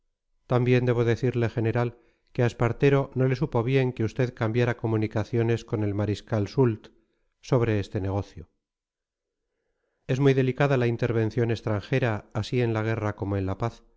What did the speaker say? también debo decirle general que a espartero no le supo bien que usted cambiara comunicaciones con el mariscal soult sobre este negocio es muy delicada la intervención extranjera así en la guerra como en la paz